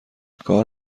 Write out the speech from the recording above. کار